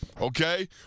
okay